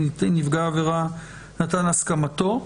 אם נפגע העבירה נתן הסכמתו".